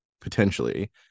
potentially